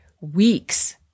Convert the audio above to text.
weeks